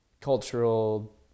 cultural